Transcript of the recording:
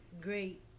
great